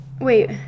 Wait